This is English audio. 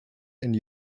and